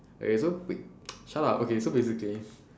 okay so wait shut up so basically